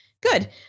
good